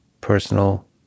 personal